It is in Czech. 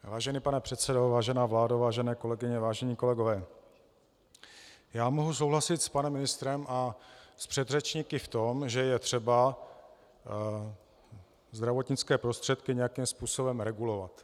Vážený pane předsedo, vážená vládo, vážené kolegyně a vážení kolegové, já mohu souhlasit s panem ministrem a s předřečníky v tom, že je třeba zdravotnické prostředky nějakým způsobem regulovat.